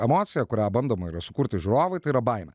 emocija kurią bandoma yra sukurti žiūrovui tai yra baimė